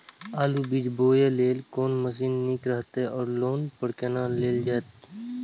आलु बीज बोय लेल कोन मशीन निक रहैत ओर लोन पर केना लेल जाय?